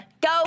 go